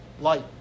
light